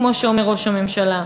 כמו שאומר ראש הממשלה.